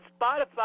Spotify